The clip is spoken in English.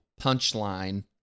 punchline